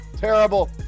terrible